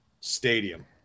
stadium